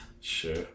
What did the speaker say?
Sure